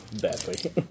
badly